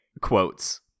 quotes